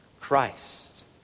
Christ